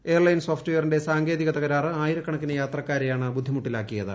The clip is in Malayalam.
എയർലൈൻ സോഫ്റ്റ്വെയറിന്റെ സാങ്കേതിക തകരാറ് ആയിരക്കണക്കിന് യാത്രക്കാരെയാണ് ബുദ്ധിമുട്ടിലാക്കിയത്